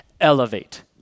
elevate